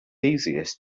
easiest